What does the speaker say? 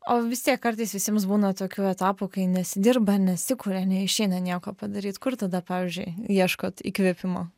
o vis tiek kartais visiems būna tokių etapų kai nesidirba nesikuria neišeina nieko padaryt kur tada pavyzdžiui ieškot įkvėpimo